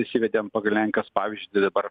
įsivedėm pagal lenkijos pavyzdžius tai dabar